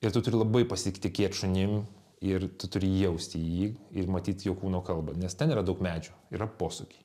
ir tu turi labai pasitikėt šunim ir tu turi jausti jį ir matyt jo kūno kalbą nes ten yra daug medžių yra posūkiai